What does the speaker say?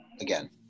again